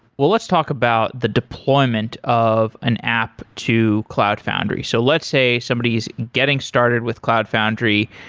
well, let's talk about the deployment of an app to cloud foundry. so let's say somebody's getting started with cloud foundry,